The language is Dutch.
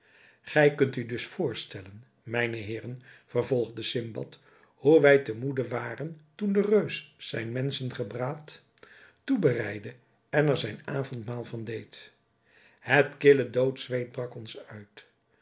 gij kunt u dus voorstellen mijne heeren vervolgde sindbad hoe wij te moede waren toen de reus zijn menschengebraad toebereidde en er zijn avondmaal van deed het kille doodzweet brak ons uit